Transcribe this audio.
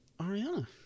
Ariana